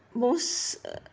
most err